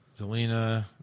Zelina